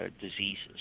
diseases